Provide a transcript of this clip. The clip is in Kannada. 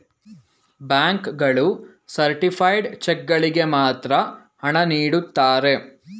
ಬ್ಯಾಂಕ್ ಗಳು ಸರ್ಟಿಫೈಡ್ ಚೆಕ್ ಗಳಿಗೆ ಮಾತ್ರ ಹಣ ನೀಡುತ್ತಾರೆ